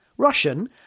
Russian